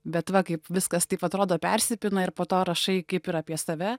bet va kaip viskas taip atrodo persipina ir po to rašai kaip ir apie save